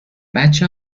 بچه